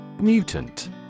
Mutant